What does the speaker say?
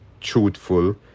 truthful